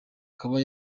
akaba